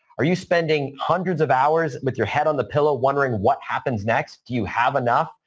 are you spending hundreds of hours with your head on the pillow wondering what happens next? do you have enough?